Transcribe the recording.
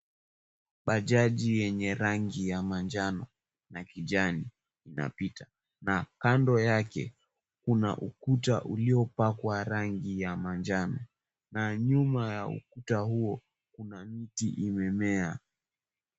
Bajaji yenye rangi ya manjano na kijani na pita na kando yake kuna ukuta uliyopakwa rangi ya manjano na nyuma ya ukuta huo kuna mti imemea.